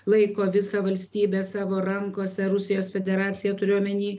laiko visą valstybė savo rankose rusijos federaciją turiu omeny